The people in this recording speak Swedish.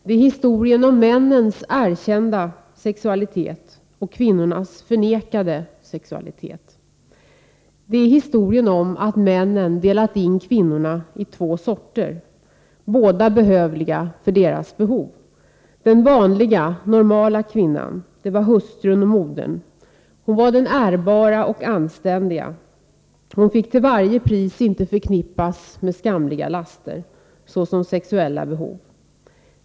Det är historien om männens erkända sexualitet och kvinnornas förnekade sexualitet. Det är historien om att männen delat in kvinnorna i två sorter — båda behövliga för deras behov. Den vanliga, normala kvinnan var hustrun och modern. Hon var den ärbara och anständiga, och hon fick till varje pris inte förknippas med skamliga laster, såsom sexuella behov.